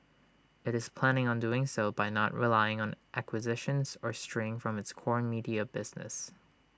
IT is planning on doing so by not relying on acquisitions or straying from its core media business